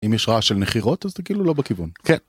אם יש רעש של נחירות אז זה כאילו לא בכיוון.